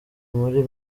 muri